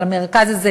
אבל המרכז הזה,